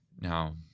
Now